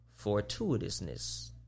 fortuitousness